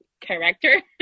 character